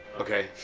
Okay